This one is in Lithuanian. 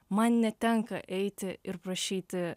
man netenka eiti ir prašyti